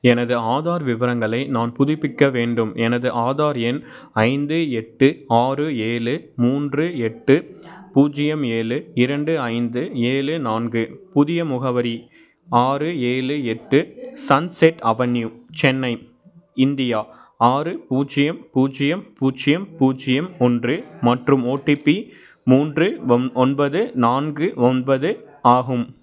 எனது ஆதார் விவரங்களை நான் புதுப்பிக்க வேண்டும் எனது ஆதார் எண் ஐந்து எட்டு ஆறு ஏழு மூன்று எட்டு பூஜ்ஜியம் ஏழு இரண்டு ஐந்து ஏழு நான்கு புதிய முகவரி ஆறு ஏழு எட்டு சன்செட் அவென்யூ சென்னை இந்தியா ஆறு பூஜ்ஜியம் பூஜ்ஜியம் பூஜ்ஜியம் பூஜ்ஜியம் ஒன்று மற்றும் ஓடிபி மூன்று ஒன் ஒன்பது நான்கு ஒன்பது ஆகும்